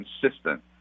consistent